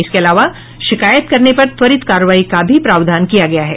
इसके अलावा शिकायत करने पर त्वरित कार्रवाई का भी प्रावधान किया गया है